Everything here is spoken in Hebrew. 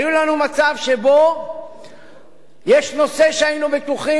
היה לנו מצב שבו יש נושא שהיינו בטוחים